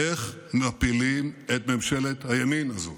איך מפילים את ממשלת הימין הזאת?